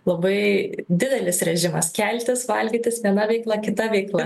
labai didelis režimas keltis valgytis viena veikla kita veikla